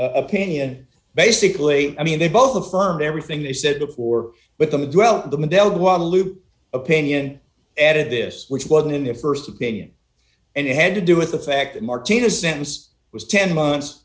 opinion basically i mean they both the firm everything they said before but the do well the middel guadeloupe opinion added this which wasn't in their st opinion and it had to do with the fact that martinez sentenced was ten months